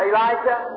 Elijah